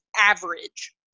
average